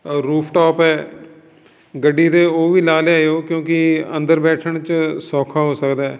ਅ rooftop ਹੈ ਗੱਡੀ ਦੇ ਉਹ ਵੀ ਨਾਲ ਲਿਆਇਓ ਕਿਉਂਕਿ ਅੰਦਰ ਬੈਠਣ 'ਚ ਸੌਖਾ ਹੋ ਸਕਦਾ